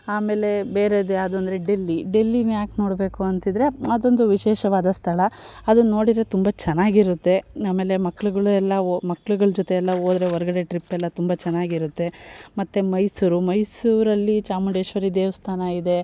ಆಮೇಲೆ ಬೇರೆದು ಯಾವುದು ಅಂದರೆ ಡೆಲ್ಲಿ ಡೆಲ್ಲಿನ ಯಾಕೆ ನೋಡಬೇಕು ಅಂತಿದ್ರೆ ಅದೊಂದು ವಿಶೇಷವಾದ ಸ್ಥಳ ಅದನ್ ನೋಡಿರೆ ತುಂಬ ಚೆನ್ನಾಗಿರುತ್ತೆ ಆಮೇಲೆ ಮಕ್ಕಳುಗಳು ಎಲ್ಲ ಓ ಮಕ್ಳುಗಳ ಜೊತೆ ಎಲ್ಲ ಹೋದ್ರೆ ಹೊರಗಡೆ ಟ್ರಿಪ್ ಎಲ್ಲ ತುಂಬ ಚೆನ್ನಾಗಿರತ್ತೆ ಮತ್ತು ಮೈಸೂರು ಮೈಸೂರಲ್ಲಿ ಚಾಮುಂಡೇಶ್ವರಿ ದೇವಸ್ಥಾನ ಇದೆ